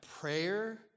prayer